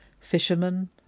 Fishermen